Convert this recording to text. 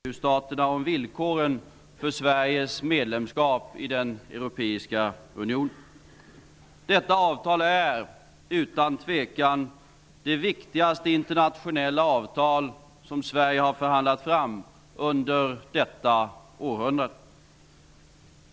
Fru talman! Det är med den allra största tillfredsställelse som jag i dag kan informera riksdagen om den politiska överenskommelse som i går ingicks mellan Sveriges regering och regeringarna i de tolv EU-staterna om villkoren för Detta avtal är utan tvekan det viktigaste internationella avtal som Sverige har förhandlat fram under detta århundrade.